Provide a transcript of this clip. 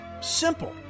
Simple